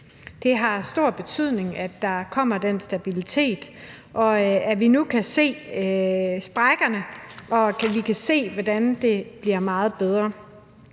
Det har stor betydning, at der kommer den stabilitet, og at vi nu kan se sprækkerne, hvor vi kan se, hvordan det bliver meget bedre.